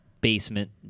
basement